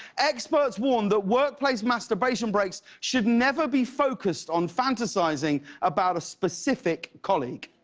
experts warn that workplace masturbation breaks should never be focused on fantasizing about a specific colleague.